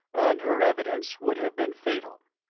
and her evidence would have been fatal.